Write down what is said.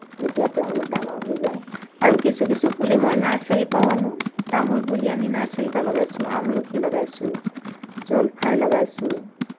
তেতিয়া তেওঁলোক ডাঙৰ হৈ যায় আৰু কিছু কিছু পুলি মই নাৰ্ছাৰীৰ পৰাও আনোঁ তামোল পুলি আনি নাৰ্ছাৰীৰ পৰা লগাইছোঁ আমলখি লগাইছোঁ জলফাই লগাইছোঁ